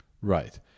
Right